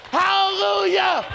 hallelujah